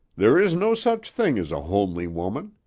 there is no such thing as a homely woman.